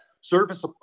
service